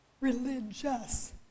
religious